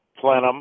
plenum